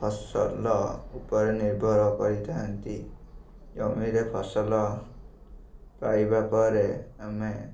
ଫସଲ ଉପରେ ନିର୍ଭର କରିଥାଆନ୍ତି ଜମିରେ ଫସଲ ପାଇବା ପରେ ଆମେ